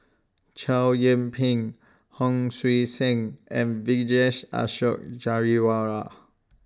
Chow Yian Ping Hon Sui Sen and Vijesh Ashok Ghariwala